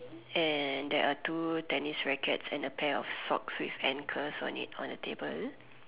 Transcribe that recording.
and there are two tennis rackets and a pair of socks with anchors on it on the table